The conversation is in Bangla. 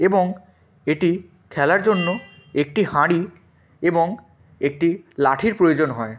এবং এটি খেলার জন্য একটি হাঁড়ি এবং একটি লাঠির প্রয়োজন হয়